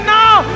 now